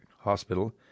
Hospital